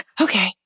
okay